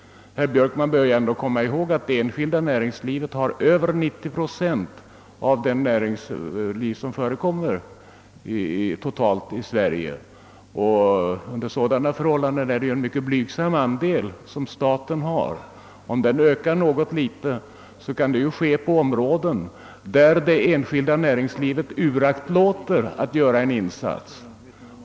Herr Björkman bör komma ihåg, att det enskilda näringslivet omfattar över 90 procent av det näringsliv som förekommer totalt i Sverige, och under sådana förhållanden är det ju bara en mycket blygsam andel som staten har. Om den andelen ökar något litet, kan det ske på områden, där det enskilda näringslivet uraktlåter alt göra en insats.